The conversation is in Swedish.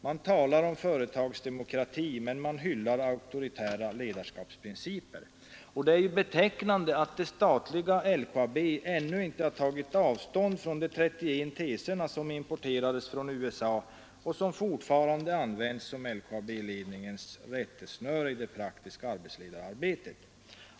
Man talar om företagsdemokrati, men man hyllar auktoritära ledarskapsprinciper. Det är ju betecknande att det statliga LKAB ännu inte har tagit avstånd från de 31 teserna, som importerades från USA och som fortfarande används som LKAB-ledningens rättesnöre i det praktiska arbetsledararbetet.